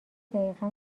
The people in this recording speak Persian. دقیقا